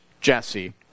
Jesse